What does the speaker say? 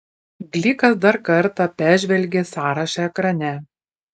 glikas dar kartą peržvelgė sąrašą ekrane